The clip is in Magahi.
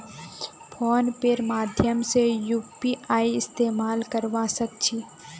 फोन पेर माध्यम से यूपीआईर इस्तेमाल करवा सक छी